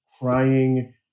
crying